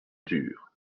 dur